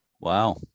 wow